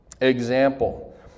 example